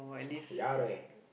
ya leh